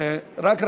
רק רגע,